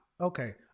Okay